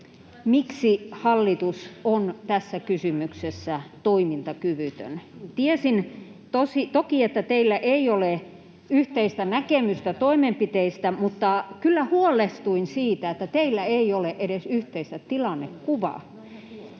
miksi hallitus on tässä kysymyksessä toimintakyvytön. Tiesin toki, että teillä ei ole yhteistä näkemystä toimenpiteistä, mutta kyllä huolestuin siitä, että teillä ei ole edes yhteistä tilannekuvaa